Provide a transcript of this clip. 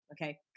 okay